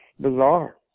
bizarre